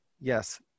yes